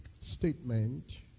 statement